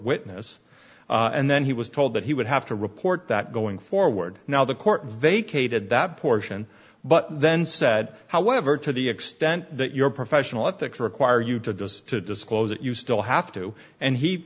witness and then he was told that he would have to report that going forward now the court vacated that portion but then said however to the extent that your professional ethics require you to do is to disclose that you still have to and he